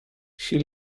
she